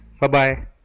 Bye-bye